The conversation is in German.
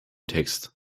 text